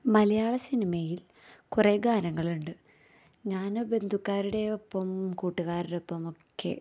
മലയാള സിനിമയില് കുറേ ഗാനങ്ങളുണ്ട് ഞാൻ ബന്ധുക്കാരുടെയൊപ്പം കൂട്ടുകാരുടെയൊപ്പം ഒക്കെ